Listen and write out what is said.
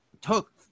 took